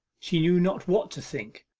she knew not what to think.